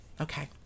Okay